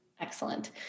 Excellent